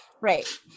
right